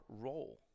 role